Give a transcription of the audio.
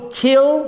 kill